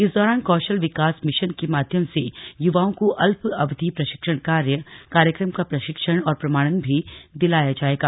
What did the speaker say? इस दौरान कौशल विकास मिशन के माध्यम से युवाओं को अल्प अवधि प्रशिक्षण कार्य कार्यक्रम का प्रशिक्षण और प्रमाणन भी दिलाया जायेगा